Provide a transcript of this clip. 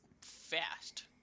fast